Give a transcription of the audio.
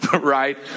right